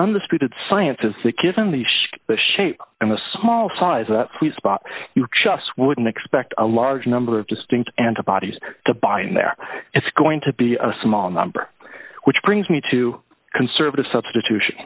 undisputed science is the kids on the show the shape and the small size of that sweet spot you just wouldn't expect a large number of distinct antibodies to buy in there it's going to be a small number which brings me to conservative substitution